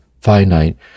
finite